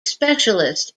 specialist